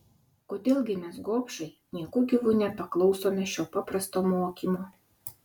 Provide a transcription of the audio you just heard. kodėl gi mes gobšai nieku gyvu nepaklausome šio paprasto mokymo